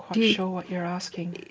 sure what you're asking.